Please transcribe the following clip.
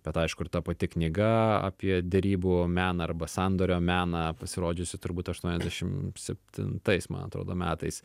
bet aišku ir ta pati knyga apie derybų meną arba sandorio meną pasirodžiusi turbūt aštuoniasdešimt septintais man atrodo metais